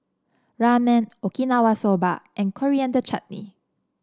Ramen Okinawa Soba and Coriander Chutney